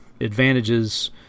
advantages